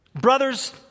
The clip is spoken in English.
brothers